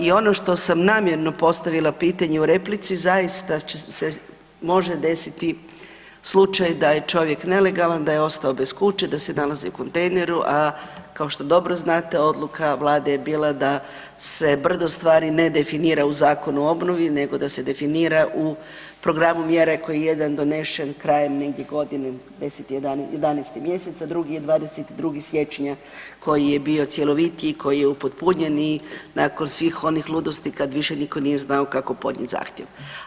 I ono što sam namjerno postavila pitanje u replici, zaista se može desiti da je čovjek nelegalan, da je ostao bez kuće, da se nalazi u kontejneru a kao što dobro znate, odluka Vlade je bila da se brdo stvari ne definira u Zakonu o obnovi nego da se definira u programu mjera koji je jedan donesen krajem negdje godine, 10., 11. mj. a drugi je 22. siječnja koji je bio cjelovitiji i koji je upotpunjen i nakon svih onih ludosti kad više nitko nije znao kako podnijet zahtjev.